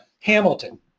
Hamilton